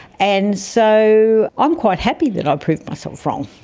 and so i'm quite happy that i've proved myself wrong.